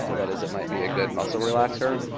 that is it might be a good muscle relaxer.